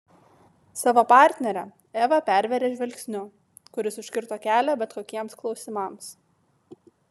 savo partnerę eva pervėrė žvilgsniu kuris užkirto kelią bet kokiems klausimams